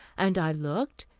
and i looked,